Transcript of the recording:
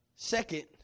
Second